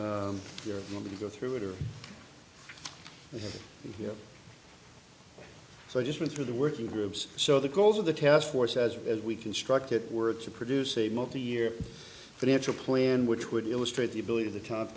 to go through it or you so i just went through the working groups so the goals of the task force as as we construct it were to produce a multi year financial plan which would illustrate the ability of the top